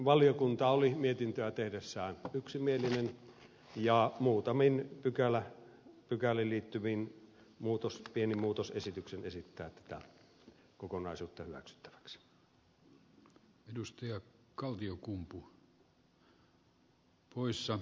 valiokunta oli mietintöä tehdessään yksimielinen ja muutamin pykäliin liittyvin pienin muutosesityksin esittää tätä kokonaisuutta hyväksyttäväksi